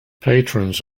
patrons